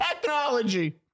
technology